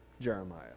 Jeremiah